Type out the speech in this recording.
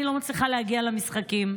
אני לא מצליחה להגיע למשחקים,